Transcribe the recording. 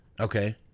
Okay